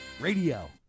radio